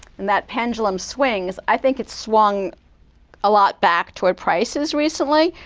and that pendulum swings. i think it's swung a lot back toward prices recently.